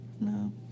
No